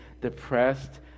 depressed